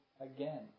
again